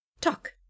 talk